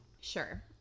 Sure